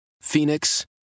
Phoenix